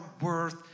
worth